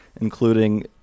including